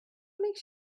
makes